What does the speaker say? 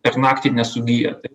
per naktį nesugyja tai